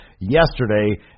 yesterday